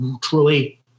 truly